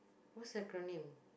what's acronym